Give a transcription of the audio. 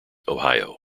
ohio